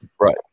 Right